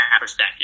perspective